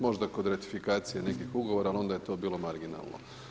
Možda kod ratifikacije nekih ugovora, ali onda je to bilo marginalno.